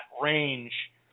range